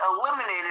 eliminated